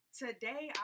today